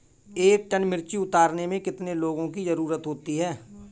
एक टन मिर्ची उतारने में कितने लोगों की ज़रुरत होती है?